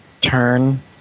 turn